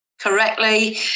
correctly